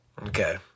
Okay